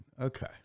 Okay